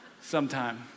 sometime